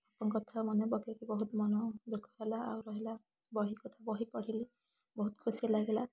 ବାପାଙ୍କ କଥା ମାନେ ପକେଇକି ବହୁତ ମନଦୁଖଃ କଲା ଆଉ ରହିଲା ବହିକଥା ବହି ପଢ଼ିଲି ବହୁତ ଖୁସି ଲାଗିଲା